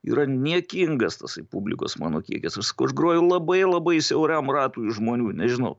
yra niekingas tasai publikos mano kiekis aš sakau aš groju labai labai siauram ratui žmonių nežinau